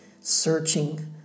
searching